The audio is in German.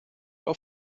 auf